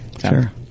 sure